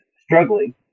struggling